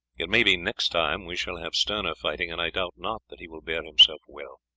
it may be next time we shall have sterner fighting, and i doubt not that he will bear himself well.